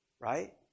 right